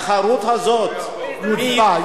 התחרות הזאת, מי יזכה,